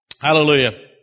Hallelujah